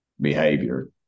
behavior